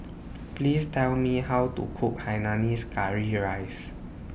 Please Tell Me How to Cook Hainanese Curry Rice